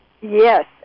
Yes